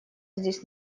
здесь